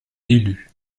élus